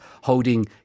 holding